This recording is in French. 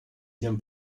bien